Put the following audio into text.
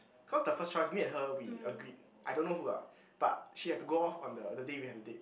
cause the first choice me and her we agreed I don't know who ah but she had to go off on the the day we have the date